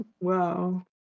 Wow